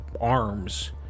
arms